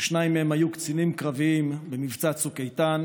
ששניים מהם היו קצינים קרביים במבצע צוק איתן,